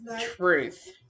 truth